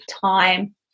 time